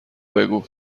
بگو